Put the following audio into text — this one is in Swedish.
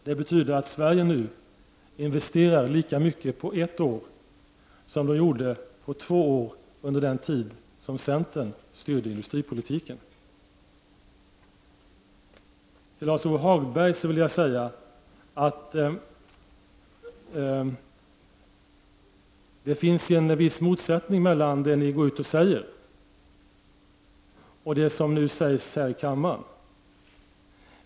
Detta betyder att Sverige nu investerar lika mycket på ett år som det gjorde på två år under den tid som centern styrde industripolitiken. Till Lars-Ove Hagberg vill jag säga att det finns en viss motsättning mellan det som ni går ut och säger och det som nu sägs här i kammaren.